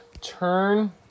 Turn